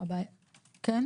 אם